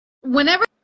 whenever